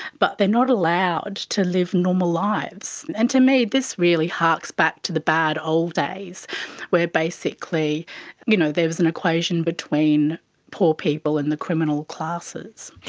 but they're not allowed to live normal lives. and to me this really harks back to the bad old days where basically you know there was an equation between poor people and the criminal classes.